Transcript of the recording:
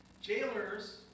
jailers